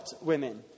women